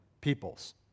peoples